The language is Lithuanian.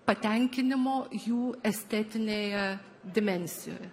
patenkinimo jų estetinėje dimensijoj